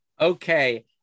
Okay